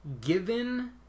given